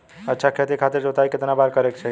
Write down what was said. अच्छा खेती खातिर जोताई कितना बार करे के चाही?